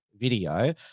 video